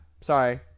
Sorry